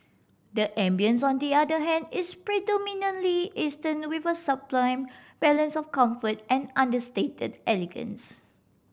the ambience on the other hand is predominantly Eastern with a sublime balance of comfort and understated elegance